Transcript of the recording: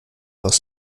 aus